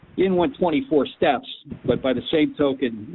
didn't want twenty four steps, but by the same token,